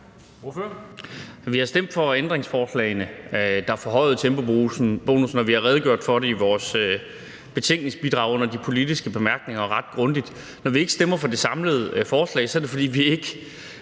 Vi har stemt for ændringsforslagene, der forhøjede tempobonussen, og vi har redegjort for det i vores betænkningsbidrag under de politiske bemærkninger ret grundigt. Når vi ikke stemmer for det samlede forslag, er det, fordi der ikke